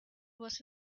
was